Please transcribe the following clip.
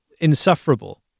insufferable